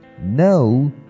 No